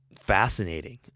fascinating